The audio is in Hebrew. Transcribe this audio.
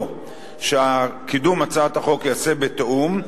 לכך שקידום הצעת החוק ייעשה בתיאום,